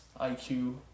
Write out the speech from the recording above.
IQ